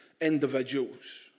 individuals